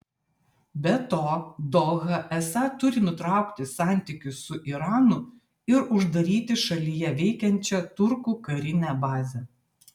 be to doha esą turi nutraukti santykius su iranu ir uždaryti šalyje veikiančią turkų karinę bazę